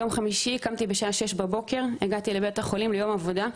ביום חמישי קמתי בשעה שש בבוקר הגעתי לבית החולים ליום עבודה.